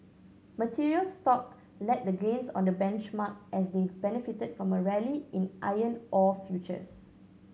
materials stock led the gains on the benchmark as they benefited from a rally in iron ore futures